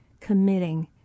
committing